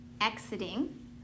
exiting